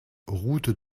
route